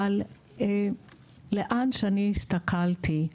אבל לאן שהסתכלתי,